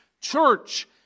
Church